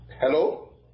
Hello